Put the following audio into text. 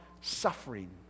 suffering